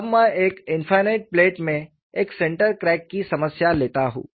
अब मैं एक इनफ़ायनाईट प्लेट में एक सेंटर क्रैक की समस्या लेता हूं